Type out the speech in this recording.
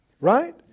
right